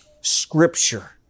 Scripture